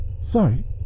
Sorry